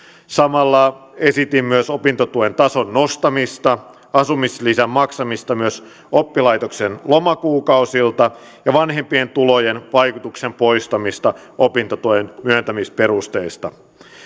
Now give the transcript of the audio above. samalla esitin myös opintotuen tason nostamista asumislisän maksamista myös oppilaitoksen lomakuukausilta ja vanhempien tulojen vaikutuksen poistamista opintotuen myöntämisperusteista